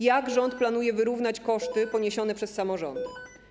Jak rząd planuje wyrównać koszty poniesione przez samorządy?